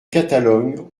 catalogne